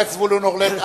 חבר הכנסת זבולון אורלב.